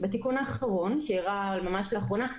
שקרה ממש לאחרונה,